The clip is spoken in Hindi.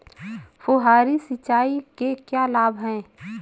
फुहारी सिंचाई के क्या लाभ हैं?